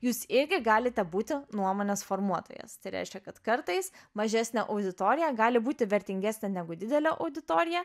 jūs irgi galite būti nuomonės formuotojas tai reiškia kad kartais mažesnė auditorija gali būti vertingesnė negu didelė auditorija